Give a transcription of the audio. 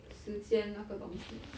时间那个东西啊